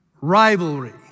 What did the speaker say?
rivalry